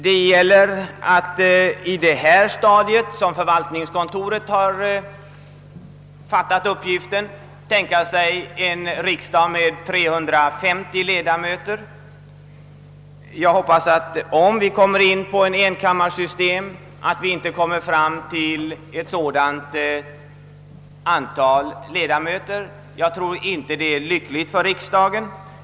Det gäller att på detta stadium, såsom förvaltningskontoret fattat uppgiften, tänka sig en riksdag med 350 ledamöter. Jag hoppas att vi inte, om det blir ett enkammarsystem, får ett så stort antal ledamöter, ty jag tror inte att detta skulle vara bra för riksdagen.